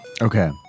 Okay